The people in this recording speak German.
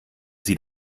sie